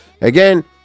Again